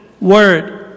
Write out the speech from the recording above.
word